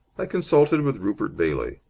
i consulted with rupert bailey.